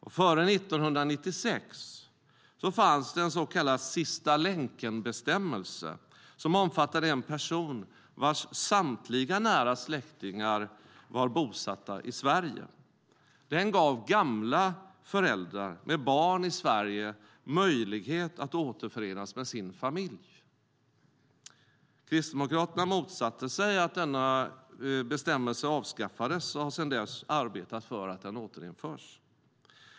Före 1996 fanns det en så kallad sista-länken-bestämmelse, som omfattade en person vars samtliga nära släktingar var bosatta i Sverige. Den gav gamla föräldrar med barn i Sverige möjlighet att återförenas med sin familj. Kristdemokraterna motsatte sig att denna bestämmelse avskaffades och har sedan dess arbetat för att den ska återinföras.